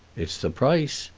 it's the price,